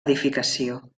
edificació